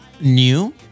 new